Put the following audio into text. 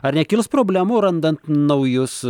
ar nekils problemų randant naujus